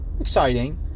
exciting